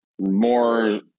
more